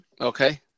Okay